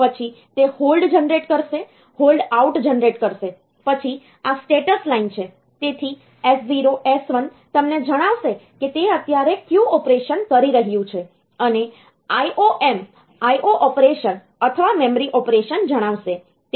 પછી તે hold generate કરશે હોલ્ડ આઉટ જનરેટ કરશે પછી આ સ્ટેટસ લાઇન છે તેથી S0 S1 તમને જણાવશે કે તે અત્યારે કયું ઑપરેશન કરી રહ્યું છે અને IOM IO ઑપરેશન અથવા મેમરી ઑપરેશન જણાવશે